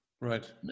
Right